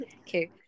Okay